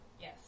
Yes